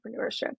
entrepreneurship